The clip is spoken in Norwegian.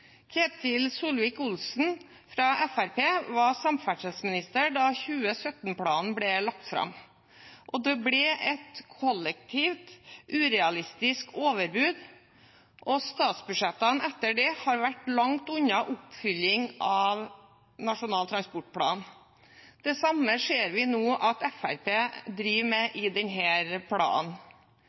Ketil Solvik-Olsen fra Fremskrittspartiet var samferdselsminister da 2017-planen ble lagt fram. Det ble et kollektivt urealistisk overbud, og statsbudsjettene etter det har vært langt unna oppfylling av Nasjonal transportplan. Det samme ser vi nå at Fremskrittspartiet driver med i denne planen.